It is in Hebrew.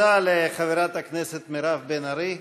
תודה לחברת הכנסת מירב בן ארי.